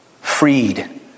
freed